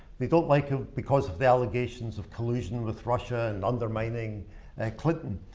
they don't like him because of the allegations of collusion with russia and undermining and clinton.